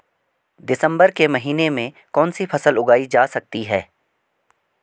दिसम्बर के महीने में कौन सी फसल उगाई जा सकती है?